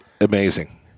Amazing